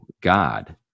God